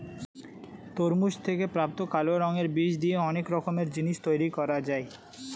তরমুজ থেকে প্রাপ্ত কালো রঙের বীজ দিয়ে অনেক রকমের জিনিস তৈরি করা যায়